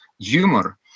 humor